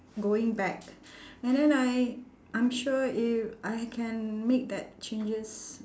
going back and then I I'm sure if I can make that changes